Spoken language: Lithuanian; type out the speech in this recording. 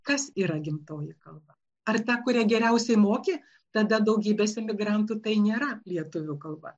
kas yra gimtoji kalba ar ta kurią geriausiai moki tada daugybės emigrantų tai nėra lietuvių kalba